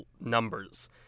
numbers